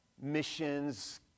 missions